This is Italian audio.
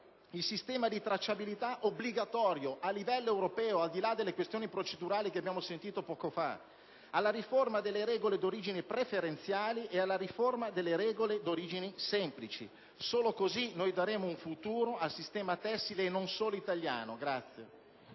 il sistema di tracciabilità obbligatorio a livello europeo, al di là delle questioni procedurali che abbiamo sentito poco fa; la riforma delle regole di origine preferenziale; la riforma delle regole di origine semplice. Solo in questo modo daremo un futuro al sistema tessile - e non solo - italiano.